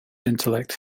intellect